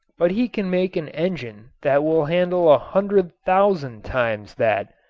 but he can make an engine that will handle a hundred thousand times that,